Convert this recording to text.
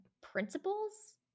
principles